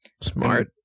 Smart